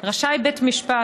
"רשאי בית משפט",